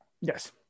Yes